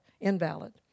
invalid